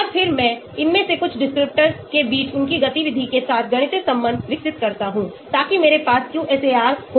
और फिर मैं इनमें से कुछ descriptors के बीच उनकी गतिविधि के साथ गणितीय संबंध विकसित करता हूं ताकि मेरे पास QSAR हो